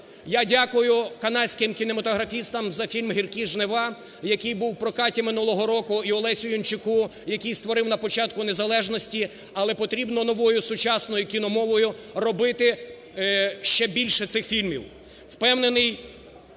Я дякую канадським кінематографістам за фільм "Гіркі жнива", який був у прокаті минулого року, і ОлесюЯнчуку, який створив на початку незалежності. Але потрібно новою сучасною кіномовою робити ще більше цих фільмів. Впевнений,